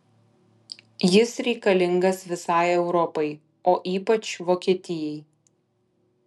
jis reikalingas visai europai o ypač vokietijai